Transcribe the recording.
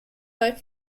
like